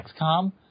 XCOM